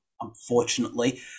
unfortunately